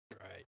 right